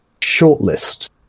shortlist